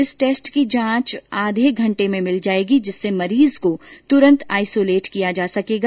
इस टेस्ट की जांच आधे घंटे में मिल जाएगी जिससे मरीज को त्रंत आइसोलेट किया जा सकेगा